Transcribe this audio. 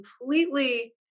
completely